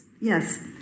Yes